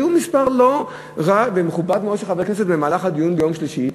היה מספר רב ומכובד מאוד של חברי כנסת במהלך הדיון ביום שלישי,